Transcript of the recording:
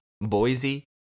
Boise